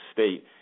State